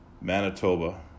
Manitoba